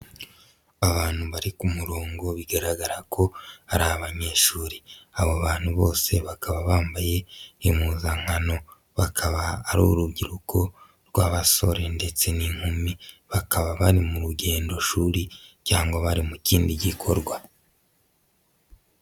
Abantu bari ku murongo bigaragara ko ari abanyeshuri. Abo bantu bose bakaba bambaye nk impimuzankano bakaba ari urubyiruko rw'abasore ndetse n'inkumi, bakaba bari mu rugendoshuri cyangwa bari mu kindi gikorwa.